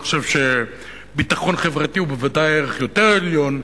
אני חושב שביטחון חברתי הוא בוודאי ערך יותר עליון.